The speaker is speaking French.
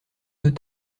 deux